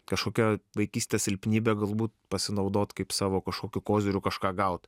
kažkokia vaikystės silpnybe galbūt pasinaudot kaip savo kažkokiu koziriu kažką gaut